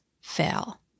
fail